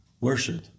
worship